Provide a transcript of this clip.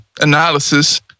analysis